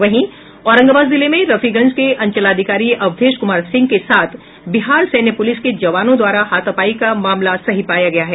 वहीं औरंगाबाद जिले में रफीगंज के अंचलाधिकारी अवधेश कुमार सिंह के साथ बिहार सैन्य पुलिस के जवानों द्वारा हाथापाई का मामला सही पाया गया है